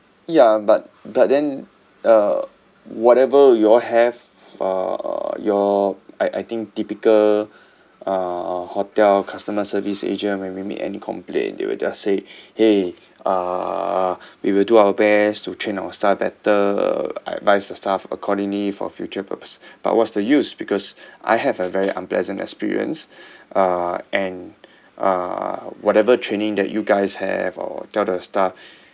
ya but but then uh whatever you all have uh your I I think typical uh hotel customer service agent when we make any complaint they will just say !hey! uh we will do our best to train our staff better advise the staff accordingly for future purpose but what's the use because I have a very unpleasant experience uh and uh whatever training that you guys have or tell the staff